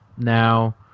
Now